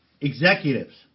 executives